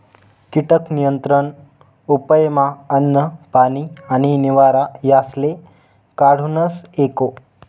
कीटक नियंत्रण उपयमा अन्न, पानी आणि निवारा यासले काढूनस एको